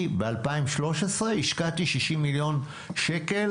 אני ב-2013 השקעתי 60 מיליון שקל,